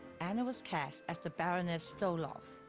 anna was cast as the baroness stoloff.